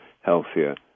healthier